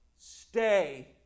stay